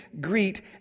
greet